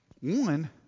One